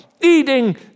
eating